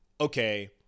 okay